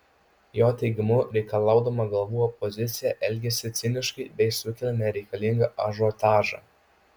jo teigimu reikalaudama galvų opozicija elgiasi ciniškai bei sukelia nereikalingą ažiotažą